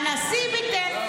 הנשיא ביטל.